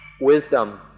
wisdom